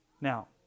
Now